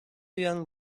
young